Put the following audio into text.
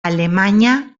alemanya